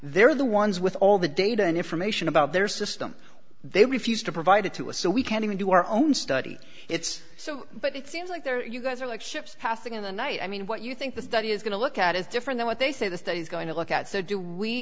they're the ones with all the data and information about their system they refused to provide it to a so we can't even do our own study it's so but it seems like they're you guys are like ships passing in the night i mean what you think that that is going to look at is different than what they say the state is going to look at so do we